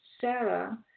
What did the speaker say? Sarah